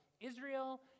Israel